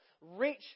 reach